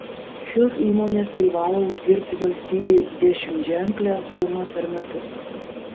šios įmonės privalo uždirbti valstybei dešimtženklę sumą per metus